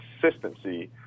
consistency